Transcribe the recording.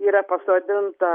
yra pasodinta